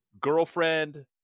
girlfriend